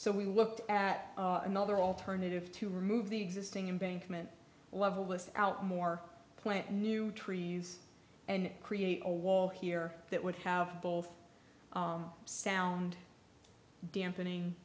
so we looked at another alternative to remove the existing embankment level with out more plant new trees and create a wall here that would have both sound dampening